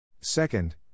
Second